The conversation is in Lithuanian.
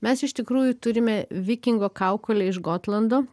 mes iš tikrųjų turime vikingo kaukolę iš gotlando